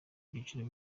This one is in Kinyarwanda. byiciro